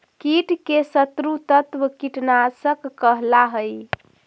कीट के शत्रु तत्व कीटनाशक कहला हई